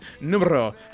numero